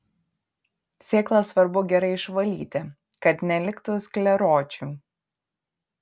sėklas svarbu gerai išvalyti kad neliktų skleročių